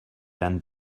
than